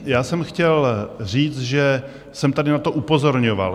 Já jsem chtěl říct, že jsem tady na to upozorňoval.